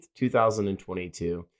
2022